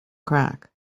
crack